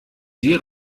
sie